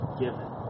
given